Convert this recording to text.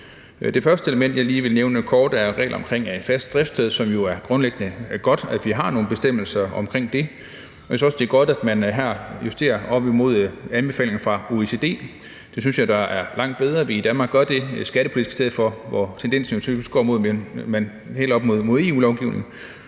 Det første element, jeg lige vil nævne kort, er reglerne omkring fast driftssted, som det jo er grundlæggende godt at vi har nogle bestemmelser omkring. Jeg synes også, det er godt, at man her justerer op imod anbefalinger fra OECD. Det synes jeg er langt bedre vi i Danmark gør skattepolitisk, i stedet for at vi følger tendensen, hvor man jo typisk hælder mod EU-lovgivningen.